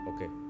Okay